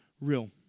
real